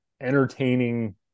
entertaining